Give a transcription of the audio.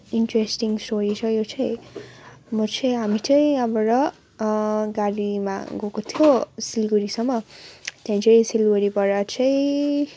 interesting story छ म चाहिँ हामी चाहिँ यहाँबाट गाडीमा गएको थियो सिलगडीसम्म त्यहाँ चाहिँ सिलगडीबाट चाहिँ